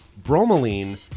Bromelain